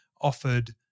offered